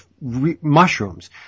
mushrooms